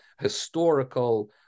historical